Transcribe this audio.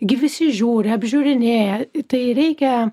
gi visi žiūri apžiūrinėja tai reikia